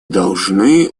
должны